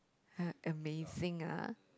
a~ amazing ah